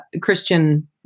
Christian